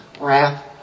wrath